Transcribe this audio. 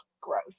gross